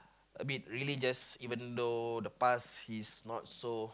a bit religious even though the past he's not so